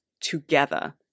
together